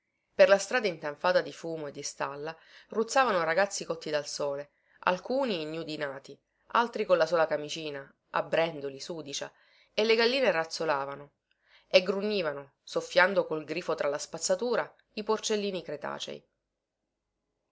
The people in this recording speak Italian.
per la strada intanfata di fumo e di stalla ruzzavano ragazzi cotti dal sole alcuni ignudi nati altri con la sola camicina a brendoli sudicia e le galline razzolovano e grugnivano soffiando col grifo tra la spazzatura i porcellini cretacei quel